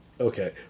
Okay